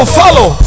follow